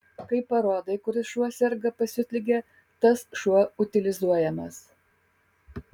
kai parodai kuris šuo serga pasiutlige tas šuo utilizuojamas